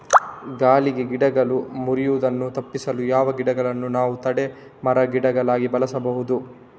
ಗಾಳಿಗೆ ಗಿಡಗಳು ಮುರಿಯುದನ್ನು ತಪಿಸಲು ಯಾವ ಗಿಡಗಳನ್ನು ನಾವು ತಡೆ ಮರ, ಗಿಡಗಳಾಗಿ ಬೆಳಸಬಹುದು?